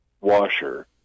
washer